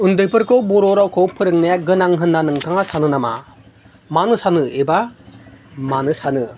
उन्दैफोरखौ बर' रावखौ फोरोंनाया गोनां होनना नोंथाङा सानो नामा मानो सानो एबा मानो सानो